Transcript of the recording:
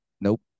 nope